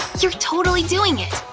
you're totally doing it!